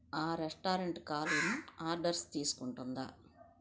ఆ రెస్టారెంట్ కాలు ఆర్డర్స్ తీసుకుంటుందా